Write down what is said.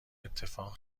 اتفاق